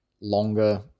longer